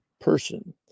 person